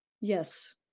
Yes